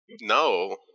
No